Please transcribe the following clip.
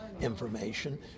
information